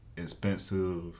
expensive